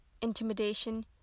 intimidation